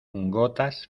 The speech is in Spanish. gotas